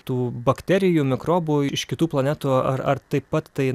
tų bakterijų mikrobų iš kitų planetų ar ar taip pat tai